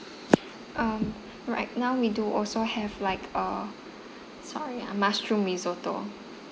um right now we do also have like a sorry ah mushroom risotto